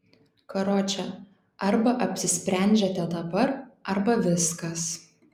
karoče arba apsisprendžiate dabar arba viskas